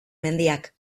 mendiak